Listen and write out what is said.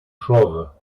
chauves